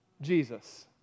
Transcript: Jesus